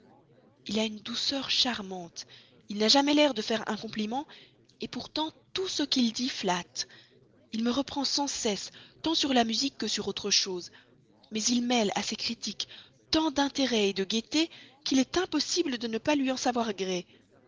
il a une douceur charmante il n'a jamais l'air de faire un compliment et pourtant tout ce qu'il dit flatte il me reprend sans cesse tant sur la musique que sur autre chose mais il mêle à ses critiques tant d'intérêt et de gaieté qu'il est impossible de ne pas lui en savoir gré